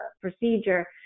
procedure